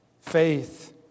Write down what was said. faith